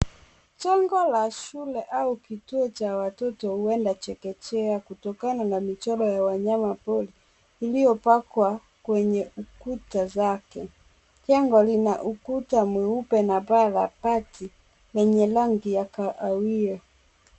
Jengo la shule au kituo cha watoto huenda ni chekechea kutokana na michoro ya wanyama pori iliyopakwa kwenye kuta zake. Jengo lina ukuta mweupe na paa la bati lenye rangi ya kahawia.